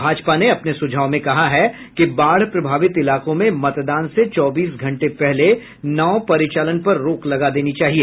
भाजपा ने अपने सुझाव में कहा है कि बाढ़ प्रभावित इलाकों में मतदान से चौबीस घंटे पहले नाव परिचालन पर रोक लगा देनी चाहिए